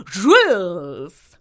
Rules